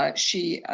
ah she